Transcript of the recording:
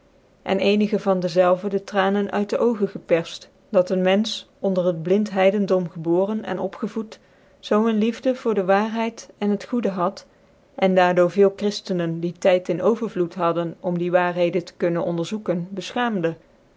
en eenige van dezelve de tranen uit de oogen geparft dat een menfeh onder het blind heidendom geboren en opgevoed zoo een liefde voor de waarheid en het goede had en daar door veel chriftcncn die tyt in overvloed hadden om die waarheden te kunnen onderzoeken